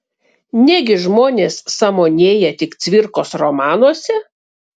negi žmonės sąmonėja tik cvirkos romanuose